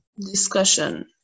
discussion